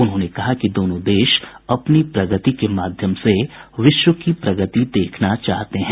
उन्होंने कहा कि दोनों देश अपनी प्रगति के माध्यम से विश्व की प्रगति देखना चाहते हैं